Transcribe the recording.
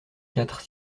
quatre